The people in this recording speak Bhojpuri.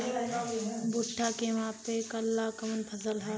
भूट्टा के मापे ला कवन फसल ह?